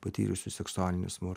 patyrusių seksualinį smurtą